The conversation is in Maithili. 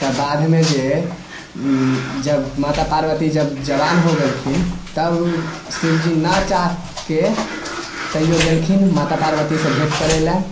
तऽ बाद मे जे जब माता पार्वती जब जवान हो गेलखिन तब शिवजी न चाह के तैयो गेलखिन माता पार्वती सँ भेट करै लए